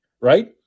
right